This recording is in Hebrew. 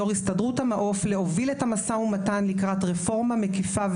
יו"ר הסתדרות המעו"ף להוביל את המשא ומתן לקראת רפורמה מקיפה.